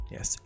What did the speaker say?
Yes